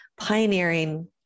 pioneering